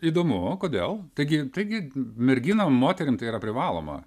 įdomu kodėl taigi taigi merginom moterim yra privaloma